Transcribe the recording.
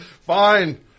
Fine